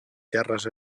terres